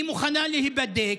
היא מוכנה להיבדק,